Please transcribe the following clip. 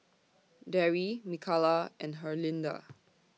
Darry Mikalah and Herlinda